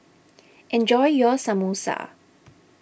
enjoy your Samosa